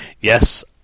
yes